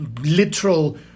literal